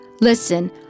Listen